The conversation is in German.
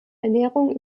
ernährung